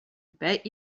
bet